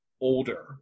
older